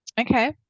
Okay